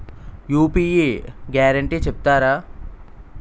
UPI guarantee చెప్తారా?